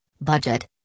budget